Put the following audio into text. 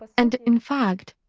and, in fact,